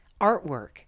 artwork